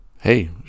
hey